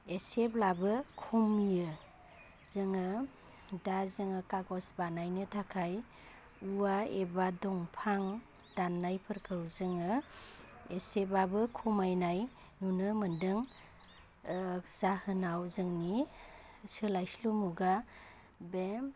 एसेब्लाबो खमियो जोङो दा जोङो खागस बानायनो थाखाय औवा एबा दंफां दान्नायफोरखौ जोङो एसेबाबो खमायनाय नुनो मोन्दों जाहोनाव जोंनि सोलायस्लु मुगा बे